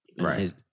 Right